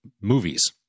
movies